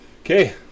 Okay